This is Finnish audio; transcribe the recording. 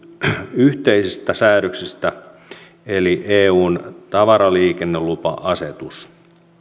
yhteisistä säädöksistä eli tämä on eun tavaraliikennelupa asetus